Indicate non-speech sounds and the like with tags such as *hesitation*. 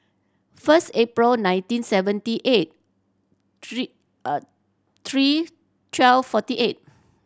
first April nineteen seventy eight three *hesitation* three twelve forty eight